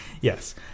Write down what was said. Yes